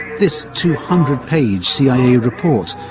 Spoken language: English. this two hundred page cia report,